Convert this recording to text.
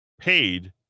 paid